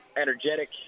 energetic